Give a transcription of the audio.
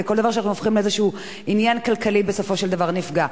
וכל דבר שאנחנו הופכים לאיזה עניין כלכלי בסופו של דבר נפגע.